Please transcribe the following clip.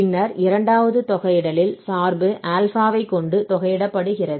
பின்னர் இரண்டாவது தொகையிடலில் சார்பு α ஐ கொண்டு தொகையிடப்படுகிறது